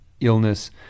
illness